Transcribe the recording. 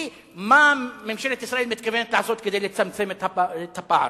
מה ממשלת ישראל מתכוונת לעשות כדי לצמצם את הפער.